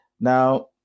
Now